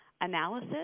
analysis